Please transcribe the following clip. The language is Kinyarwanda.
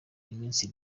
iminsi